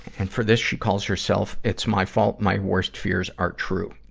and for this, she calls herself it's my fault my worst fears are true.